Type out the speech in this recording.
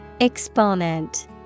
Exponent